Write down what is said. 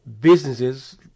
businesses